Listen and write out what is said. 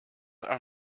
are